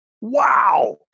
wow